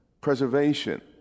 preservation